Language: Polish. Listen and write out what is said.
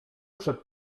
przed